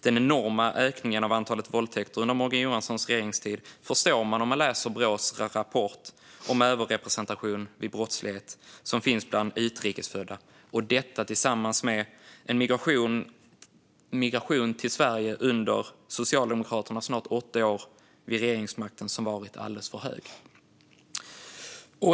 Den enorma ökningen av antalet våldtäkter under Morgan Johanssons regeringstid förstår man om man läser Brås rapport om den överrepresentation vid brottslighet som finns bland utrikes födda. Detta ska läggas till en migration till Sverige som under Socialdemokraternas snart åtta år vid regeringsmakten har varit alldeles för stor.